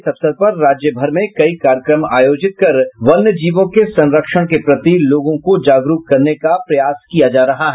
इस अवसर पर राज्यभर में कई कार्यक्रम आयोजित कर वन्य जीवों के संरक्षण के प्रति लोगों को जागरूक करने का प्रयास किया रहा है